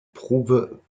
prouve